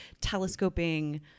telescoping